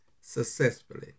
successfully